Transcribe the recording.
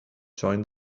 join